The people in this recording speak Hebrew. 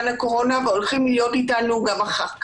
הקורונה והולכים להיות איתנו גם אחר כך.